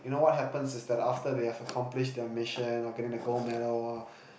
you know what happens is that after they have accomplished their mission or getting the gold medal uh